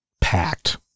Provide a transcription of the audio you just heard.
packed